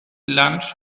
lunch